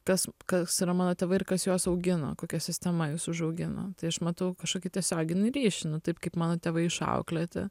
kas kas yra mano tėvai ir kas juos augino kokia sistema jus užaugino tai aš matau kažkokį tiesioginį ryšį nu taip kaip mano tėvai išauklėti